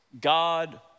God